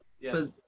Yes